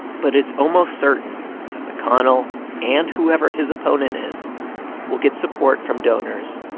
but it's almost certain that mcconnell and whoever his opponent is will get support from donors,